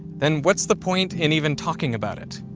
then what's the point in even talking about it?